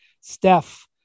Steph